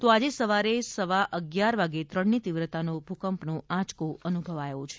તો આજે સવારે સવા અગિયાર વાગ્યે ત્રણની તીવ્રતાનો ભૂકંપનો આંચકો અનુભવાયો છે